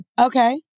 Okay